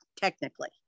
technically